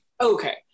Okay